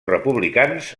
republicans